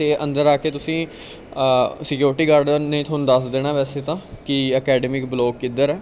ਅਤੇ ਅੰਦਰ ਆ ਕੇ ਤੁਸੀਂ ਸਿਕਿਓਰਟੀ ਗਾਰਡ ਨੇ ਤੁਹਾਨੂੰ ਦੱਸ ਦੇਣਾ ਵੈਸੇ ਤਾਂ ਕਿ ਅਕੈਡਮਿਕ ਬਲੋਕ ਕਿੱਧਰ ਹੈ